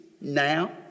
now